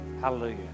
Hallelujah